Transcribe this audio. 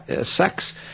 sex